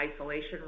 isolation